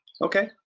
Okay